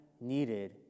needed